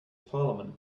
parliament